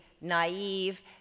naive